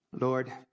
Lord